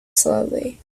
slowly